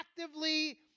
actively